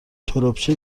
تربچه